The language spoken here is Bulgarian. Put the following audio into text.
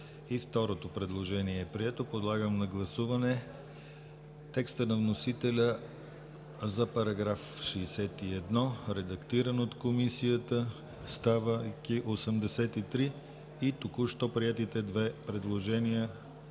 второто предложение е прието. Подлагам на гласуване текста на вносителя за § 61, редактиран от Комисията, ставайки § 83, и току-що приетите две предложения